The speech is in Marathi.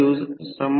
01 आहे 0